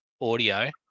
audio